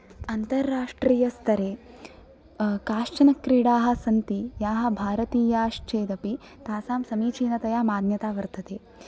अन्तार्राष्ट्रियस्तरे काश्चनक्रीडाः सन्ति याः भारतीयाश्चेद् अपि तासां समीचीनतया मान्यता वर्तते